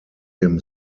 him